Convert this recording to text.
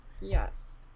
Yes